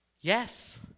Yes